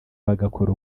bagakora